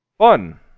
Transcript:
Fun